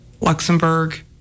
Luxembourg